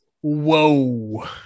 whoa